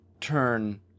turn